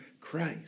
Christ